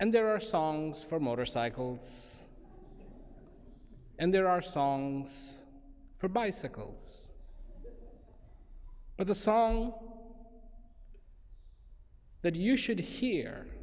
and there are songs for motorcycles and there are songs for bicycles but the song that you should hear